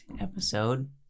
episode